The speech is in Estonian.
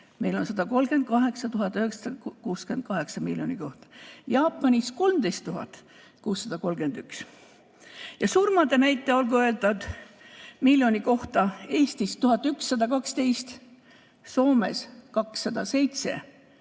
meil on 138 968 miljoni kohta. Jaapanis on 13 631. Surmade näitaja, olgu öeldud, miljoni kohta Eestis on 1112, Soomes 207,